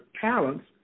talents